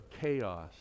chaos